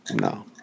no